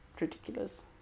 ridiculous